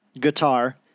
guitar